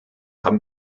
haben